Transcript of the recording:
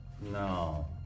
No